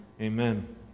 amen